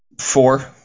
Four